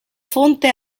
fonte